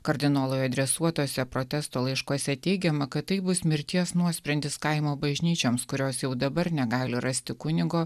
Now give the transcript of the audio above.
kardinolui adresuotuose protesto laiškuose teigiama kad tai bus mirties nuosprendis kaimo bažnyčioms kurios jau dabar negali rasti kunigo